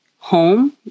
Home